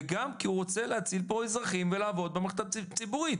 וגם כי הוא רוצה להציל פה אזרחים ולעבוד במערכת הציבורית.